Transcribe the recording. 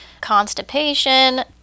constipation